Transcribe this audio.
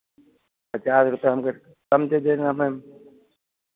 पचास रुपैया हमको कम दे देना मैम